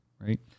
right